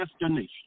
destination